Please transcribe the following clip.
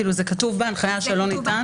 זה כתוב בהנחיה שלא ניתן?